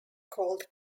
called